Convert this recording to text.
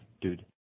dude